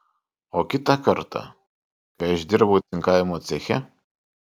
o kitą kartą kai aš dirbau cinkavimo ceche